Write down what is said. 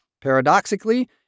Paradoxically